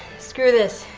screw this.